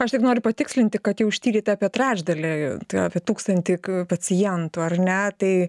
aš tik noriu patikslinti kad jau ištyrėte apie trečdalį apie tūkstantį pacientų ar ne tai